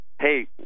Hey